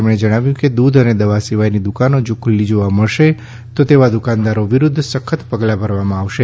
તેમણે જણાવ્યુ કે દૂધ અને દવા સિવાયની દુકાનો જો ખુલ્લી જોવા મળશે તો તેવા દુકાનદારો વિરુદ્ધ સખત પગલાં ભરવામાં આવશે